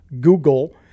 google